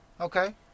Okay